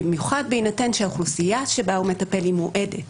במיוחד בהינתן שהאוכלוסייה שבה הוא מטפל מועדת